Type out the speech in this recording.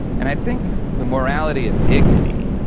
and i think the morality of dignity,